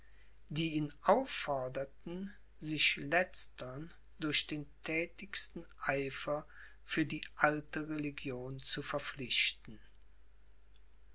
die ihn aufforderten sich letztern durch den thätigsten eifer für die alte religion zu verpflichten